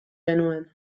genuen